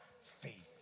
faith